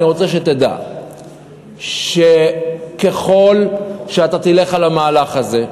אני רוצה שתדע שככל שאתה תלך על המהלך הזה,